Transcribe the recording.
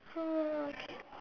okay